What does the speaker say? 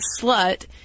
slut